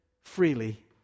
freely